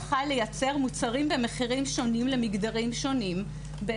יכול לייצר מוצרים שונים למגדרים שונים.